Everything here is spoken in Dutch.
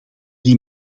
die